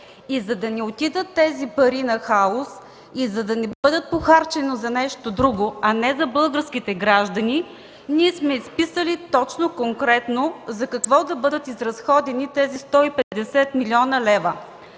И за да не отидат тези пари на хаос, и за да не бъдат похарчени за нещо друго, а не за българските граждани, ние сме изписали точно, конкретно за какво да бъдат изразходени тези 150 млн. лв.